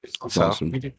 awesome